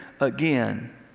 again